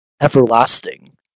everlasting